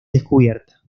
descubierta